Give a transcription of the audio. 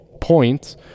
points